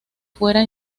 fuera